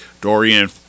Dorian